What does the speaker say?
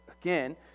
again